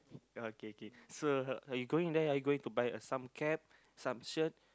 oh K K so are you going there are going to buy uh some cap some shirt